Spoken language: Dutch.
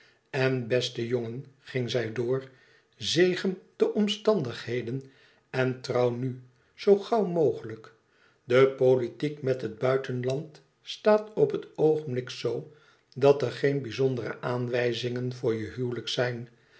en beste jongen ging zij door zegen de omstandigheden en trouw nu zoo gauw mogelijk de politiek met het buitenland staat op het oogenblik zo dat er geen bizondere aanwijzingen voor je huwelijk zijn